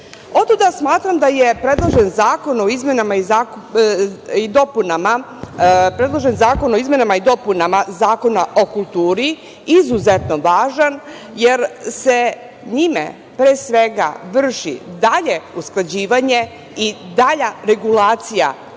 smatram da je predloženi zakon o izmenama i dopunama Zakona o kulturi izuzetno važan, jer se njime, pre svega, vrši dalje usklađivanje i dalja regulacija